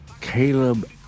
Caleb